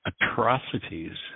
atrocities